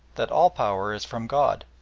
that all power is from god,